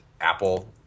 Apple